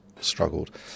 struggled